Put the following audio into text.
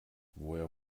woher